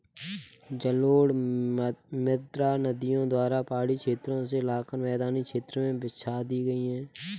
जलोढ़ मृदा नदियों द्वारा पहाड़ी क्षेत्रो से लाकर मैदानी क्षेत्र में बिछा दी गयी है